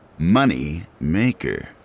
Moneymaker